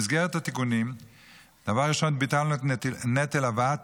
במסגרת התיקונים דבר ראשון ביטלנו את נטל הבאת